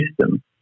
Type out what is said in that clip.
system